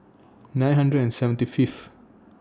nine hundred and seventy Fifth